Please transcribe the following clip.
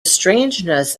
strangeness